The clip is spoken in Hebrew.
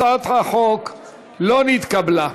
הצעת החוק לא נתקבלה.